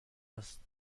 است